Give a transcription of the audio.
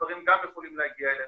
הדברים האלה גם יכולים להגיע אלינו.